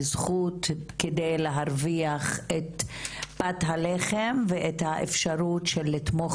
זכות על מנת להרוויח את פת הלחם ואת האפשרות של לתמוך